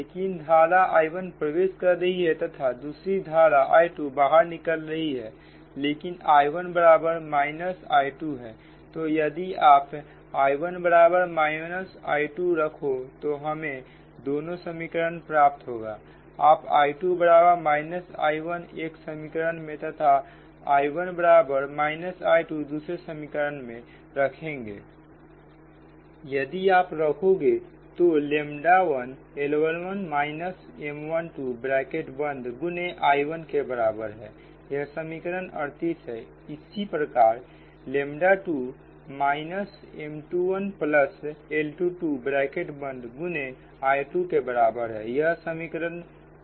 लेकिन धारा I1 प्रवेश कर रही है तथा दूसरी धारा I2 बाहर निकल रही है लेकिन I1 बराबर माइनस I2 है तो यदि आप I1 बराबर माइनस I2 रखो तो हमें दोनों समीकरण प्राप्त होगा आप I2 बराबर माइनस I1 एक समीकरण में तथा I1 बराबर माइनस I2 दूसरे समीकरण में रखेंगे यदि आप रखोगे तो 1 L11 माइनस M12ब्रैकेट बंद गुने I1 के बराबर है यह समीकरण 38 है इसी प्रकार 2 माइनस M21प्लस L22 ब्रैकेट बंद गुने I2 के बराबर है यह समीकरण 39 है